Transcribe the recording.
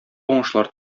уңышлар